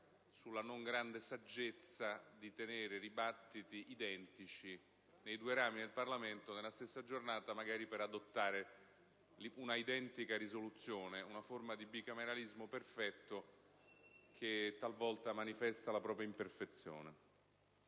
sulla non grande saggezza di tenere dibattiti identici nei due rami del Parlamento nella stessa giornata, magari per adottare una identica risoluzione. Si ha di fronte una forma di bicameralismo perfetto che talvolta manifesta la propria imperfezione.